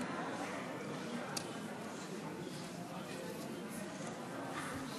הצעת חוק הממשלה (תיקון,